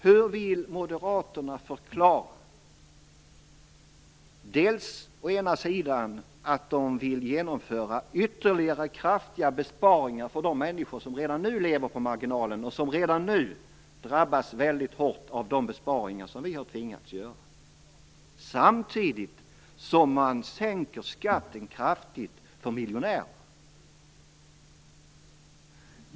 Hur vill Moderaterna förklara att de dels vill genomföra ytterligare kraftiga besparingar för de människor som redan nu lever på marginalen, och som redan nu drabbas väldigt hårt av de besparingar som vi har tvingats göra, dels att man vill sänka skatten kraftigt för miljonärer?